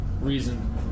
reason